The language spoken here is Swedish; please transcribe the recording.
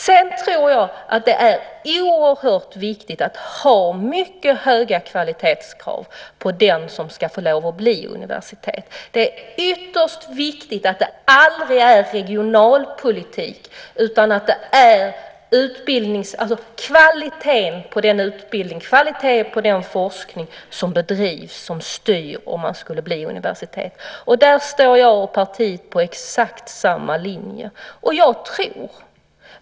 Sedan tror jag att det är oerhört viktigt att ha mycket höga kvalitetskrav på den högskola som ska få lov att bli universitet. Det är ytterst viktigt att det aldrig är regionalpolitik utan kvaliteten på den utbildning och den forskning som bedrivs som styr om den kan bli universitet. Där står jag och partiet på exakt samma linje.